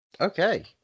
okay